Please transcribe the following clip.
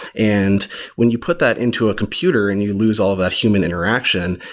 and when you put that into a computer and you lose all that human interaction,